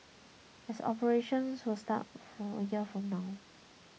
as operations will start for a year from now